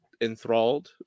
enthralled